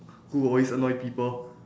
who always annoy people